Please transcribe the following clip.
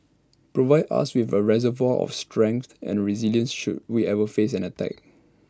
provides us with A reservoir of strength and resilience should we ever face an attack